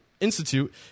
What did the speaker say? Institute